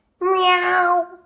Meow